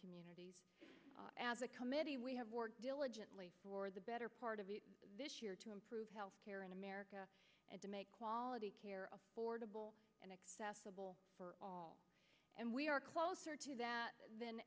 communities as a committee we have worked diligently for the better part of this year to improve health care in america and to make quality care affordable and accessible for all and we are closer to that th